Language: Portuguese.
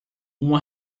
uma